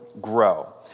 grow